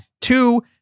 Two